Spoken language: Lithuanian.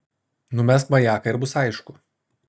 numesk majaką ir bus aišku